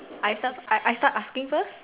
I start I start asking first